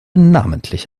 namentlich